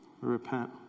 repent